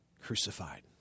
crucified